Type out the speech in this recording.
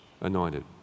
anointed